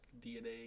DNA